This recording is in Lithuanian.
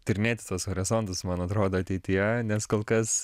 tyrinėti tuos horizontus man atrodo ateityje nes kol kas